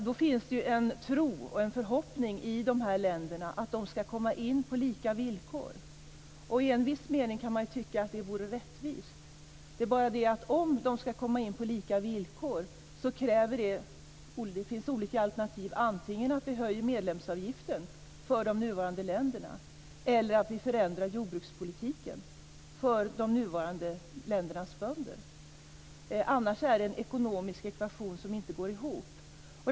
Det finns en tro och en förhoppning i de här länderna att de ska komma in på lika villkor. I en viss mening kan man tycka att det vore rättvist. Problemet är att om de ska komma in på lika villkor måste man antingen höja medlemsavgiften för de nuvarande medlemsländerna eller förändra jordbrukspolitiken för de nuvarande medlemsländernas bönder. Annars går ekvationen ekonomiskt inte ihop.